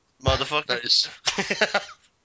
Motherfuckers